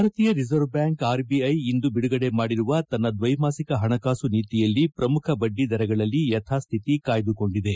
ಭಾರತೀಯ reserve bank RBI ಇಂದು ಬಿಡಗಡೆ ಮಾಡಿರುವ ತನ್ನ ದ್ವೈಮಾಸಿಕ ಹಣಕಾಸು ನೀತಿಯಲ್ಲಿ ಪ್ರಮುಖ ಬಡ್ಲಿದರಗಳಲ್ಲಿ ಯಥಾಸ್ಥಾತಿ ಕಾಯ್ಲುಕೊಂಡಿದೆ